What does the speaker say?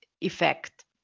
effect